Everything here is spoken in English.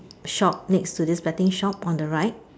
shop next to this betting shop on the right